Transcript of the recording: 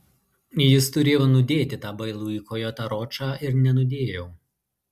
jis turėjo nudėti tą bailųjį kojotą ročą ir nenudėjo